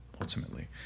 ultimately